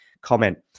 comment